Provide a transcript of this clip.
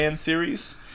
series